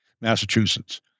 Massachusetts